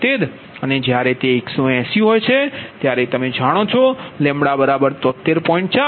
76 અને જ્યારે તે 180 છે ત્યારે તમે જાણો છો λ 73